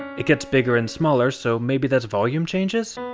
it gets bigger and smaller, so maybe that's volume changes?